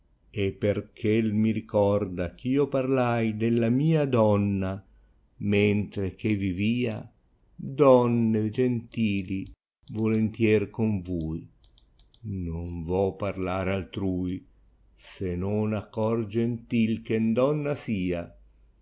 e perchè m mi ricorda ch io parlai della mia donna mentre che vivia donne gentili tólentier xon vui non to parlare altrai se non a cor gentil che n donna sìa